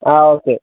ആ ഓക്കേ